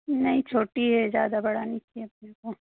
नहीं छोटी है ज़्यादा बड़ा नहीं चाहिए अपने को